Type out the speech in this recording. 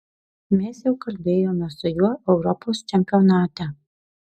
mes jau kalbėjome su juo europos čempionate